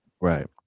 right